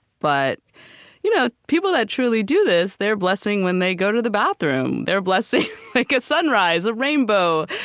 but you know people that truly do this, they're blessing when they go to the bathroom. they're blessing like a sunrise, a rainbow.